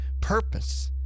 purpose